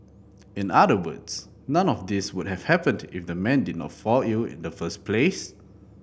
in other words none of these would have happened if the man did not fall ill in the first place